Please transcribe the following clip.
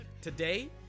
today